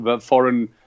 foreign